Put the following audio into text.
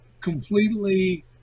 completely